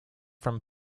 from